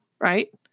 right